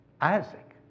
Isaac